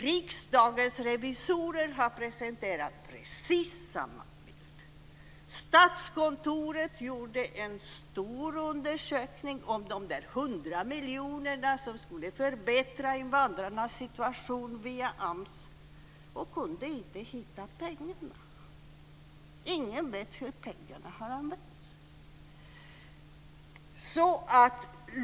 Riksdagens revisorer har presenterat precis samma bild. Statskontoret gjorde en stor undersökning om de hundra miljonerna som skulle förbättra invandrarnas situation via AMS och kunde inte hitta pengarna. Ingen vet hur pengarna har använts.